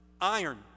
iron